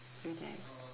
relax